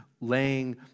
laying